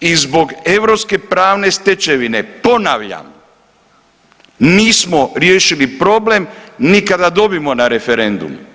i zbog europske pravne stečevine, ponavljam, nismo riješili problem ni kada dobijemo na referendumu.